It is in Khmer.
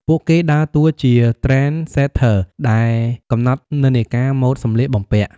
ពួកគេដើរតួជា Trendsetter ដែលកំណត់និន្នាការម៉ូតសម្លៀកបំពាក់។